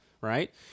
Right